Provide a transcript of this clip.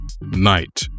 Night